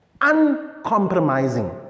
Uncompromising